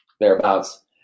thereabouts